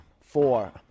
four